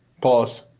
Pause